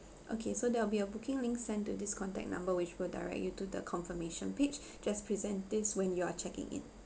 okay so there'll be a booking link send to this contact number which will direct you to the confirmation page just present this when you are checking in